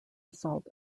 assault